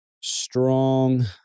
strong